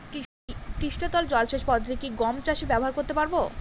পৃষ্ঠতল জলসেচ পদ্ধতি কি গম চাষে ব্যবহার করতে পারব?